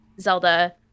Zelda